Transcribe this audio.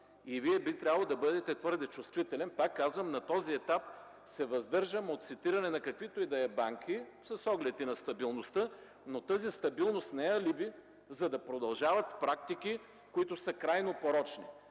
Вие би трябвало да бъдете твърде чувствителен. Пак казвам, на този етап се въздържам от цитиране на каквито и да е банки с оглед и на стабилността. Но тази стабилност не е алиби, за да продължават практики, които са крайно порочни.